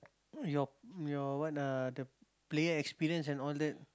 your your what uh the player experience and all that